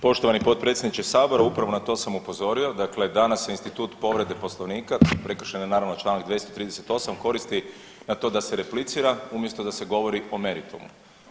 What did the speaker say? Poštovani potpredsjedniče sabora, upravo na to sam upozorio, dakle se institut povrede Poslovnika, prekršen je naravno Članak 238. koristi na to da se replicira umjesto da se govori o meritumu.